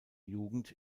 jugend